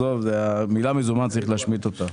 המילה מזומן, צריך להשמיט אותה.